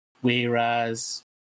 whereas